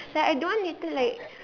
like I don't want later like